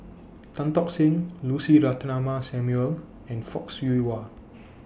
Tan Tock Seng Lucy Ratnammah Samuel and Fock Siew Wah